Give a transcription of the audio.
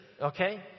Okay